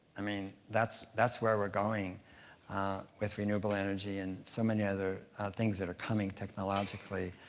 i mean, that's that's where we're going with renewable energy, and so many other things that are coming technologically.